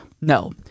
No